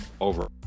over